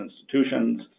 institutions